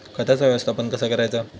खताचा व्यवस्थापन कसा करायचा?